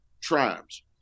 tribes